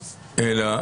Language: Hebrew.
אלא,